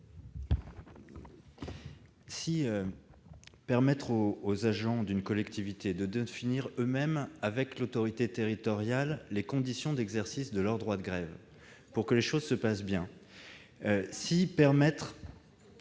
Si permettre aux agents d'une collectivité territoriale de définir eux-mêmes, avec l'autorité territoriale, les conditions d'exercice de leur droit de grève pour que les choses se passent bien et permettre